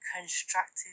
constructive